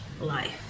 life